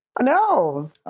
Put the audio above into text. No